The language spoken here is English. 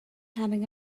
having